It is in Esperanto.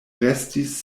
restis